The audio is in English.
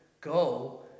Go